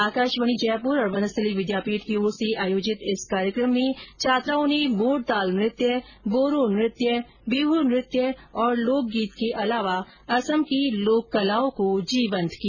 आकाशवाणी जयपुर और वनस्थली विद्यापीठ की ओर से आयोजित इस कार्यक्रम में छात्राओं ने मोरताल नृत्य बोरो नृत्य बीहू नृत्य और लोक गीत के अलावा असम की लोक कलाओं को जीवंत किया